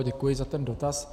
Děkuji za ten dotaz.